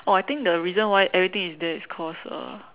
oh I think the reason why everything is there it's cause uh